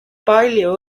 palju